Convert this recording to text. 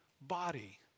body